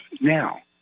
now